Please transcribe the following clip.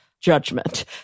judgment